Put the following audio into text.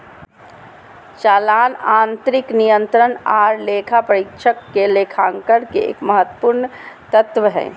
चालान आंतरिक नियंत्रण आर लेखा परीक्षक के लेखांकन के एक महत्वपूर्ण तत्व हय